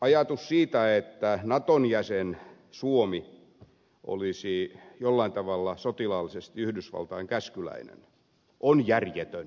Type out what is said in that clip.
ajatus siitä että naton jäsen suomi olisi jollain tavalla sotilaallisesti yhdysvaltain käskyläinen on järjetön